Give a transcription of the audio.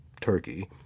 Turkey